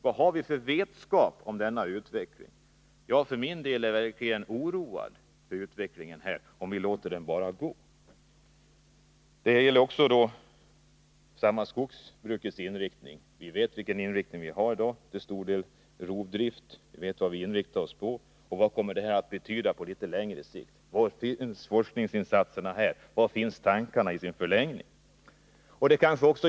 Vad känner vi till om denna utveckling? För min del är jag oroad med tanke på framtiden, om vi bara låter utvecklingen ha sin gång. Detsamma gäller skogsindustrins inriktning. Vi vet vilken inriktning det är i dag. Till stor del är det fråga om rovdrift. Vad kommer detta att betyda på litet längre sikt? Var finns forskningsinsatserna, och vilka tankar har man med avseende på framtiden?